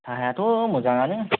साहायाथ' मोजाङानो